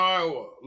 Iowa